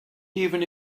even